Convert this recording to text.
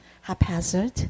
haphazard